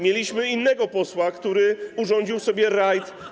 Mieliśmy innego posła, który urządził sobie rajd.